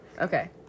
Okay